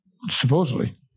supposedly